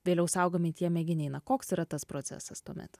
vėliau saugomi tie mėginiai na koks yra tas procesas tuomet